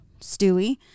Stewie